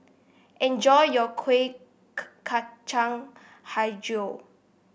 enjoy your Kuih Kacang hijau